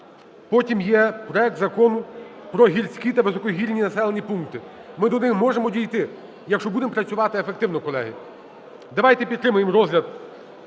Потім є проект Закону про гірські та високогірні населені пункти. Ми туди можемо дійти, якщо будемо працювати ефективно, колеги. Давайте підтримаємо розгляд